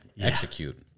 execute